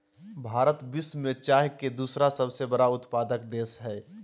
भारत विश्व में चाय के दूसरा सबसे बड़ा उत्पादक देश हइ